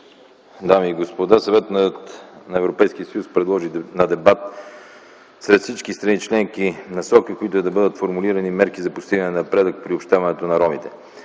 дами и господа! Съветът на Европейския съюз предложи на дебат сред всички страни членки – насоки, с които трябва да бъдат формулирани мерки за постигане на напредък с приобщаването на ромите.